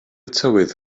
tywydd